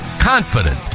confident